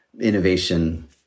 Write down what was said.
innovation